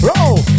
Roll